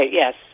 yes